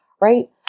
right